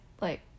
like-